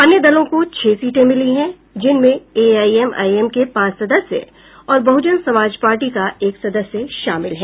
अन्य दलों को छह सीटें मिली हैं जिनमें एआईएमआईएम के पांच सदस्य और बहुजन समाज पार्टी का एक सदस्य शामिल हैं